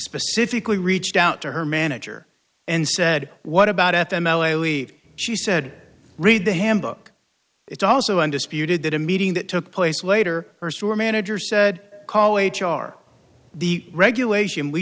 specifically reached out to her manager and said what about at them ellie she said read the handbook it's also undisputed that a meeting that took place later her store manager said call h r the regulation we